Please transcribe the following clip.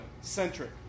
centric